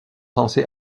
censés